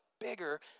bigger